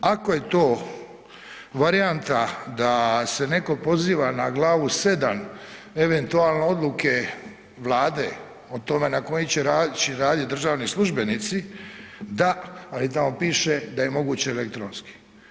Ako je to varijanta da se neko poziva na glavu 7. eventualno odluke Vlade o tome na koji će način radit državni službenici, da, ali ali tamo piše da je moguće elektronski.